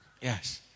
Yes